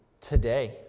today